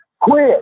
Quit